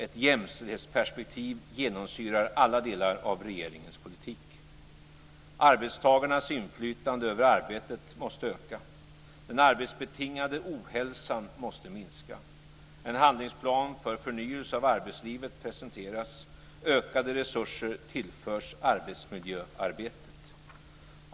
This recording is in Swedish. Ett jämställdhetsperspektiv genomsyrar alla delar av regeringens politik. Arbetstagarnas inflytande över arbetet måste öka. Den arbetsbetingade ohälsan måste minska. En handlingsplan för förnyelse av arbetslivet presenteras.